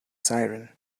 siren